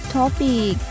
topic